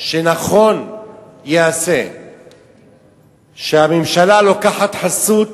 שנכון ייעשה שהממשלה לוקחת חסות,